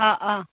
आह आह